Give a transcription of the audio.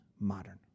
modern